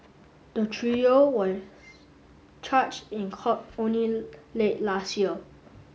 the trio was charged in court only late last year